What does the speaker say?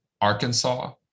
Arkansas